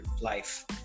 life